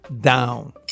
down